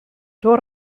door